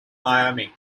miami